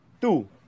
two